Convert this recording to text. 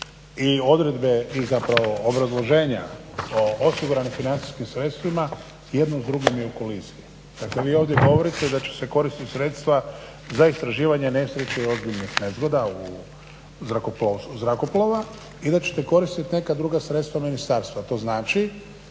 i odredbe zapravo obrazloženja o osiguranim financijskim sredstvima, jedno s drugim je u koliziji. Dakle vi ovdje govorite da će se koristiti sredstva za istraživanje nesreće i ozbiljnih nezgoda zrakoplova i da ćete koristiti neka druga sredstva ministarstva, a to znači